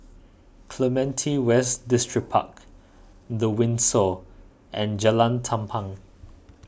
Clementi West Distripark the Windsor and Jalan Tampang